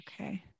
Okay